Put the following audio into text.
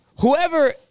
Whoever